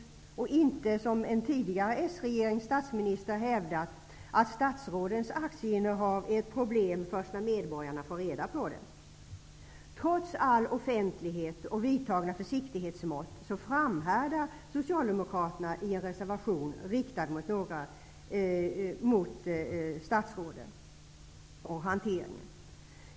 Man har inte, som en tidigare socialdemokratisk regerings statsminister, hävdat att statsrådens aktieinnehav är ett problem först när medborgarna får reda på det. Trots all offentlighet och vidtagna försiktighetsmått framhärdar Socialdemokraterna i en reservation riktad mot statsråden.